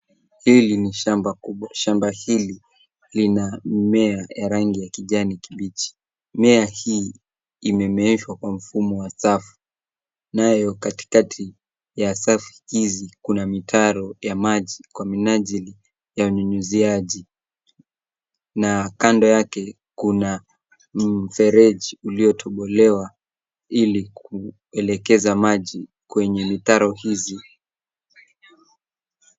Hili ni shamba kubwa. Shamba hili lina mimea ya rangi ya kijani kibichi. Mimea hii imemeeshwa kwa mfumo wa safu, nayo katikati ya safu hizi kuna mitaro ya maji kwa minajili ya unyunyuziaji. Na kando yake kuna mfereji uliotobolewa ili kuelekeza maji kwenye mitaro hizi.